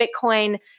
Bitcoin